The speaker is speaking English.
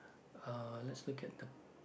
uh let's look at the